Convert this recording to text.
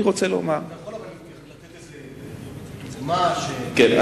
אתה יכול אולי לתת דוגמה, כן.